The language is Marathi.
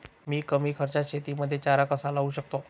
मी कमी खर्चात शेतीमध्ये चारा कसा लावू शकतो?